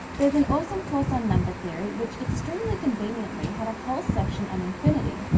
there's an awesome course on number theory which extremely conveniently had a whole section on infinity.